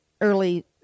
early